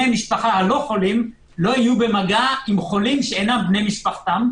המשפחה הלא חולים לא יהיו במגע עם חולים שאינם בני משפחתם,